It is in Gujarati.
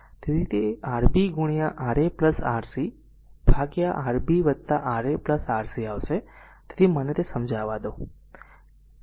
તેથી તે Rb ગુણ્યા Ra Rc ભાગ્યા Rb Ra Rc આવશે તેથી તેને સમજાવો